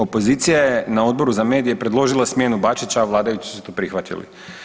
Opozicija je na Odboru za medije predložila smjenu Bačića, a vladajući su to prihvatili.